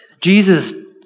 Jesus